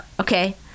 okay